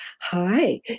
Hi